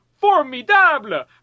Formidable